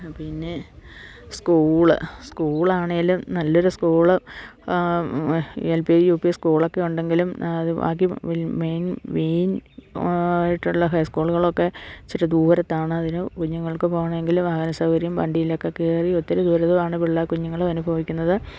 പിന്നെ സ്കൂള് സ്കൂളാണേലും നല്ലൊരു school L P U P സ്കൂളൊക്കെ ഉണ്ടെങ്കിലും അത് ബാക്കി മെയിൻ മെയിൻ ആയിട്ടുള്ള ഹൈസ്കൂളുകളൊക്കെ ഇച്ചിരി ദൂരത്താണ് അതിന് കുഞ്ഞുങ്ങൾക്ക് പോകണമെങ്കിൽ വാഹനസൗകര്യം വണ്ടിയിലൊക്കെ കയറി ഒത്തിരി ദുരിതവാണ് പിള്ള കുഞ്ഞുങ്ങള് അനുഭവിക്കുന്നത്